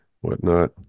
whatnot